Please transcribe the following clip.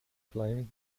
claimed